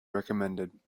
recommended